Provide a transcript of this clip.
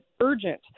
urgent